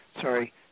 sorry